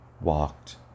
walked